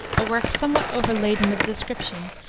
a work somewhat overladen with description,